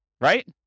right